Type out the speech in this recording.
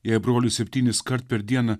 jei brolis septyniskart per dieną